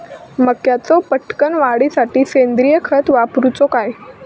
मक्याचो पटकन वाढीसाठी सेंद्रिय खत वापरूचो काय?